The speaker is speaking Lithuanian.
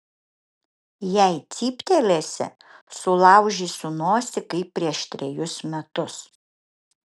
jei cyptelėsi sulaužysiu nosį kaip prieš trejus metus